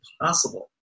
impossible